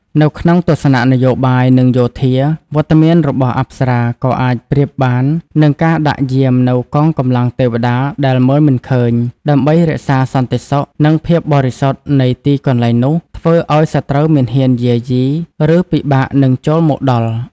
នៅក្នុងទស្សនៈនយោបាយ និងយោធា វត្តមានរបស់អប្សរាក៏អាចប្រៀបបាននឹងការដាក់យាមនូវ កងកម្លាំងទេវតា ដែលមើលមិនឃើញ ដើម្បីរក្សាសន្តិសុខ និងភាពបរិសុទ្ធនៃទីកន្លែងនោះ ធ្វើឲ្យសត្រូវមិនហ៊ានយាយី ឬពិបាកនឹងចូលមកដល់។